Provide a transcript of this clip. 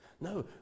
No